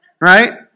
right